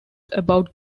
about